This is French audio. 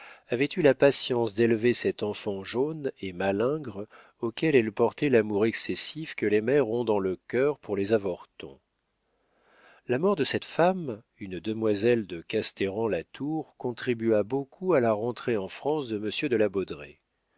avait eu la patience d'élever cet enfant jaune et malingre auquel elle portait l'amour excessif que les mères ont dans le cœur pour les avortons la mort de cette femme une demoiselle de castéran la tour contribua beaucoup à la rentrée en france de monsieur de la